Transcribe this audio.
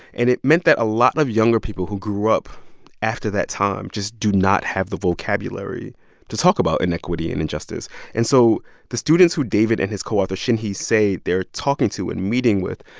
and it meant that a lot of younger people who grew up after that time just do not have the vocabulary to talk about inequity and injustice and so the students who david and his co-author, shinhee, say they're talking to and meeting with,